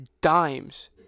dimes